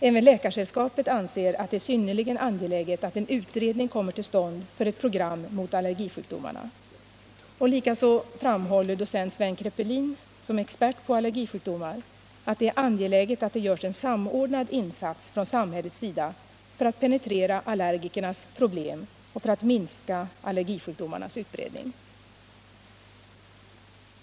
Även Läkaresällskapet anser att det är synnerligen angeläget att en utredning kommer till stånd för ett program mot allergisjukdomarna. Likaså framhåller docent Sven Krepelien — expert på allergisjukdomar — att det är angeläget att det görs en samordnad insats från samhällets sida för att penetrera allergikernas problem och för att minska allergisjukdomarnas utbredning.